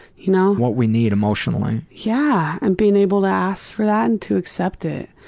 you know what we need emotionally. yeah, and being able to ask for that and to accept it.